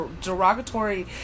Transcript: derogatory